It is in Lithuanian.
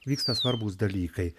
vyksta svarbūs dalykai